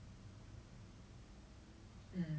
orh okay we have another err twenty may twenty exactly